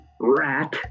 rat